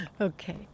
okay